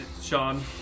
Sean